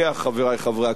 חברי חברי הכנסת.